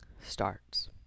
starts